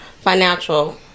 financial